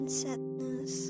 sadness